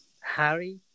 Harry